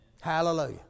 Hallelujah